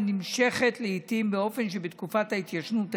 היא נמשכת לעיתים באופן שההתיישנות החלה.